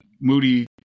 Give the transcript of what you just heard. Moody